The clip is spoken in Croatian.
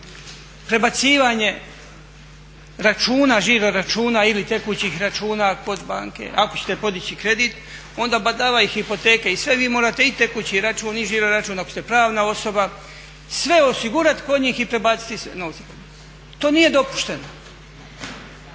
prebacivanje računa, žiroračuna ili tekućih računa kod banke. Ako ćete podići kredit onda badava i hipoteka i sve, vi morate i tekući račun i žiroračun ako ste pravna osoba, sve osigurat kod njih i prebaciti sve novce. To nije dopušteno,